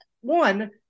one